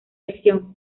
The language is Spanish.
dirección